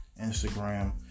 Instagram